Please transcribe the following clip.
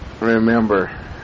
remember